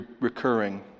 recurring